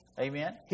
Amen